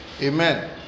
Amen